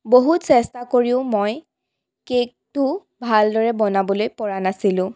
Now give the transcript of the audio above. বহুত চেষ্টা কৰিও মই কেকটো ভালদৰে বনাবলৈপৰা নাছিলোঁ